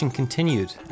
continued